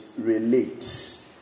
relates